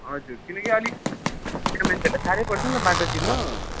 हजुर किनकि अलिक नयाँ मान्छेलाई साह्रै पर्छ नि त बाटो चिन्नु